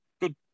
good